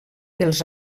els